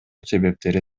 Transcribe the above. себептери